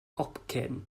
hopcyn